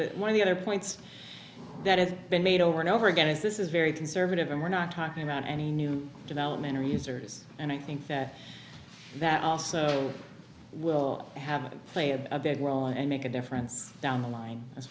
that one of the other points that has been made over and over again is this is very conservative and we're not talking about any new development or users and i think that that also will have played a big role and make a difference down the line as